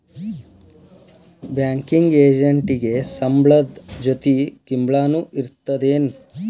Banking ಎಜೆಂಟಿಗೆ ಸಂಬ್ಳದ್ ಜೊತಿ ಗಿಂಬ್ಳಾನು ಇರ್ತದೇನ್?